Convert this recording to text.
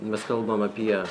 mes kalbam apie